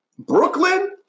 Brooklyn